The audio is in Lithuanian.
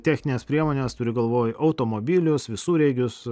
techninės priemonės turiu galvoj automobilius visureigius